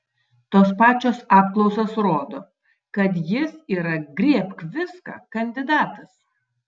tos pačios apklausos rodo kad jis yra griebk viską kandidatas